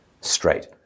straight